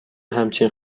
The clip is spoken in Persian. همچنین